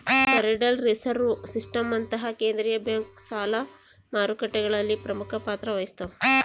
federal reserve ಸಿಸ್ಟಮ್ನಂತಹ ಕೇಂದ್ರೀಯ bank ಸಾಲ ಮಾರುಕಟ್ಟೆಗಳಲ್ಲಿ ಪ್ರಮುಖ ಪಾತ್ರ ವಹಿಸ್ತವ